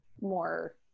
more